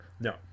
No